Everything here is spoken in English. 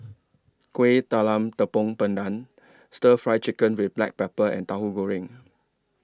Kuih Talam Tepong Pandan Stir Fry Chicken with Black Pepper and Tauhu Goreng